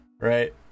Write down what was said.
right